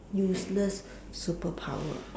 useless superpower